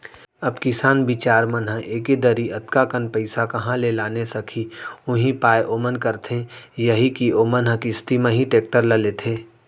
अब किसान बिचार मन ह एके दरी अतका कन पइसा काँहा ले लाने सकही उहीं पाय ओमन करथे यही के ओमन ह किस्ती म ही टेक्टर ल लेथे